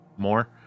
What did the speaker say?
more